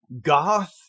goth